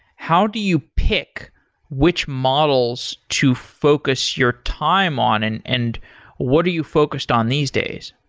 how do you pick which models to focus your time on and and what are you focused on these days?